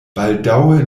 baldaŭe